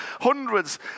hundreds